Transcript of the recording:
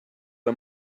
are